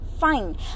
fine